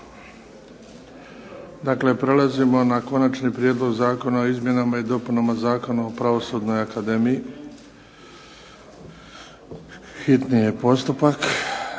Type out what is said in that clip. Dakle, prelazimo na - Konačni prijedlog zakona o izmjenama i dopunama Zakona o Pravosudnoj akademiji, hitni postupak,